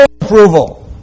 approval